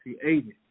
created